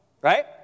right